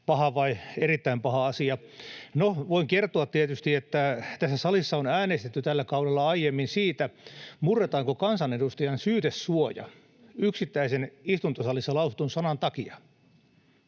paha vai erittäin paha asia. No, voin kertoa tietysti, että tässä salissa on äänestetty tällä kaudella aiemmin siitä, murretaanko kansanedustajan syytesuoja yksittäisen istuntosalissa lausutun sanan takia.